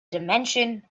dimension